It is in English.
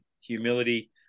humility